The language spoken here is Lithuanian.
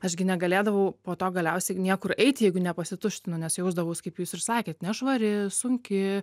aš gi negalėdavau po to galiausiai niekur eiti jeigu nepasituštinu nes jausdavaus kaip jūs ir sakėt nešvari sunki